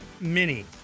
mini